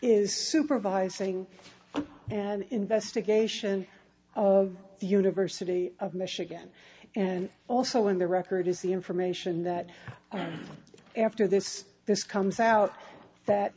is supervising an investigation of the university of michigan and also in the record is the information that after this this comes out that